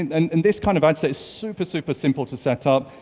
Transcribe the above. and and and this kind of ad set is super, super simple to set up.